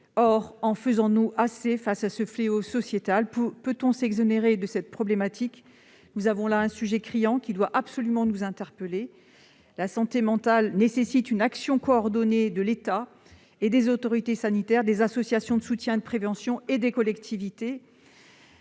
En faisons-nous assez face à ce fléau sociétal ? Peut-on s'exonérer de cette problématique ? Ce sujet criant doit nous interpeller. La santé mentale nécessite une action coordonnée de l'État et des autorités sanitaires, des associations de soutien et de prévention et des collectivités.